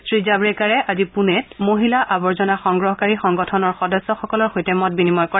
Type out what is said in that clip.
শ্ৰীজাভডেকাৰে আজি পুনেত মহিলা আৱৰ্জনা সংগ্ৰহকাৰী সংগঠনৰ সদস্যসকলৰ সৈতে মত বিনিময় কৰে